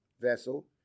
vessel